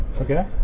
Okay